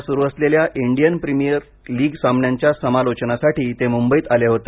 सध्या सुरू असलेल्या इंडियन प्रीमिअर लीग सामन्यांच्या समालोचनासाठी ते मुंबईत आले होते